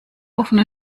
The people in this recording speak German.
offene